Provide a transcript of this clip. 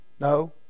No